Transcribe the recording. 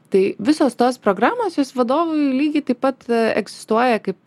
tai visos tos programos jos vadovui lygiai taip pat egzistuoja kaip